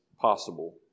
possible